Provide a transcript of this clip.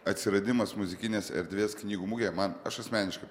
atsiradimas muzikinės erdvės knygų mugė man aš asmeniškai